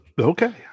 Okay